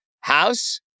House